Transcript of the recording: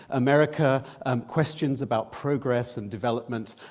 america um questions about progress and development,